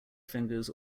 fingers